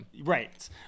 Right